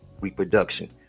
reproduction